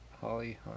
Holly